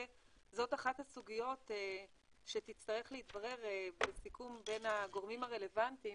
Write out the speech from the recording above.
אחת הסוגיות שתצטרך להתברר בסיכום בין הגורמים הרלוונטיים,